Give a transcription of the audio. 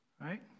right